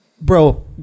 Bro